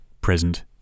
present